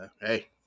Hey